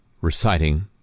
reciting